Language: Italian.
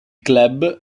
club